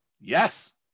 Yes